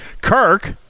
Kirk